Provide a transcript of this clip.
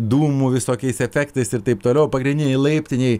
dūmų visokiais efektais ir taip toliau pagrindinėj laiptinėj